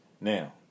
Now